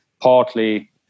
partly